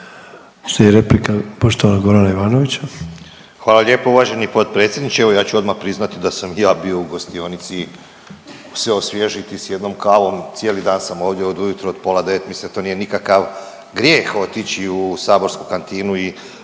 Hvala lijepo uvaženi potpredsjedniče. Evo ja ću odmah priznati da sam ja bio u gostionici se osvježiti s jednom kavom, cijeli dan sam ovdje od ujutro od pola 9, mislim da to nije nikakav grijeh otići u saborsku kantinu